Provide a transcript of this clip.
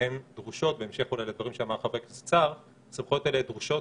והן דרושות אולי בהמשך לדברים שאמר חבר הכנסת סער כי הן פשוט